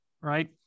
right